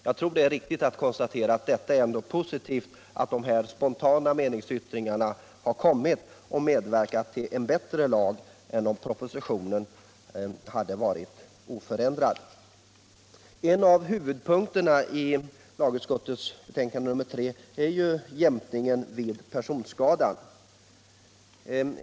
Jag tror ändå det är riktigt att konstatera det positiva i att de här spontana meningsyttringarna har kommit och medverkat till en bättre lag än om propositionen hade antagits oförändrad. En av huvudpunkterna i lagutskottets betänkande nr 3 är jämkningen vid personskada.